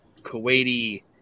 Kuwaiti